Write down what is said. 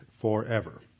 forever